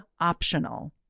optional